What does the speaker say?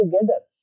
together